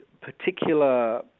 particular